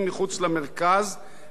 ויש להם חיים משלהם,